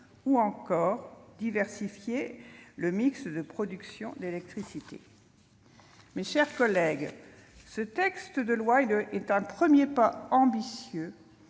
ou encore la diversification du mix de production d'électricité. Mes chers collègues, ce texte de loi est un premier pas ambitieux